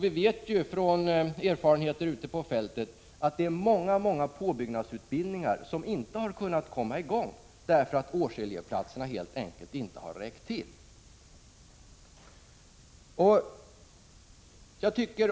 Vi vet från erfarenheter ute på fältet att många påbyggnadsutbildningar inte har kunnat komma i gång därför att årselevplatserna helt enkelt inte har räckt till.